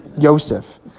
Yosef